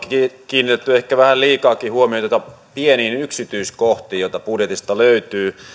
kiinnitetty ehkä vähän liikaakin huomioita pieniin yksityiskohtiin joita budjetista löytyy